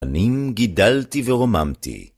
בנים גידלתי ורוממתי.